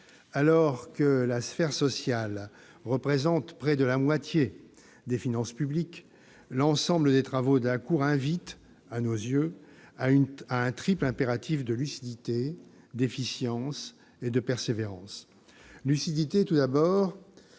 Alors que la sphère sociale représente près de la moitié des finances publiques, l'ensemble des travaux de la Cour invite, à nos yeux, à un triple impératif de lucidité, d'efficience et de persévérance. Lucidité, tout d'abord,